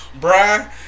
Brian